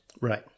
Right